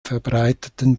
verbreiteten